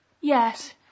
Yes